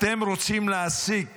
אתם רוצים להעסיק